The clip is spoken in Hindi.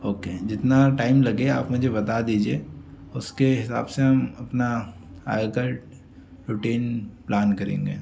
ओके जितना टाइम लगे आप मुझे बता दीजिए उसके हिसाब से हम अपना आगे का रूटीन प्लान करेंगे